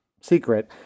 secret